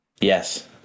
Yes